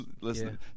listen